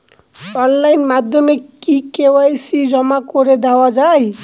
Online মাধ্যমে কি KYC জমা করে দেওয়া য়ায়?